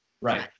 Right